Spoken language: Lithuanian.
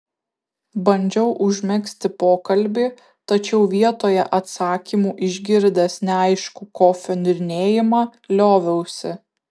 bandžiau užmegzti pokalbį tačiau vietoje atsakymų išgirdęs neaiškų kofio niurnėjimą lioviausi